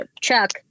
Chuck